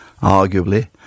Arguably